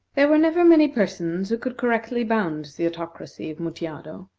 there were never many persons who could correctly bound the autocracy of mutjado.